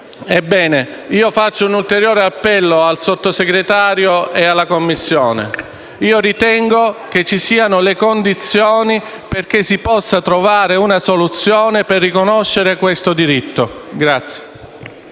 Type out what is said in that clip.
Ebbene, faccio un ulteriore appello al Sottosegretario e alla Commissione: ritengo che ci siano le condizioni perché si possa trovare una soluzione per riconoscere questo diritto.